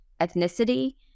ethnicity